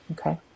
okay